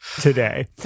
today